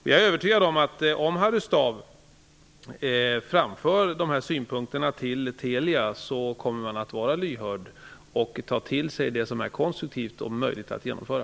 Jag är övertygad om att om Harry Staaf framför dessa synpunkter till Telia kommer man där att visa sig lyhörd och ta till sig det som är konstruktivt och möjligt att genomföra.